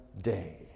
day